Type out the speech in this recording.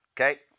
Okay